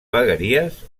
vegueries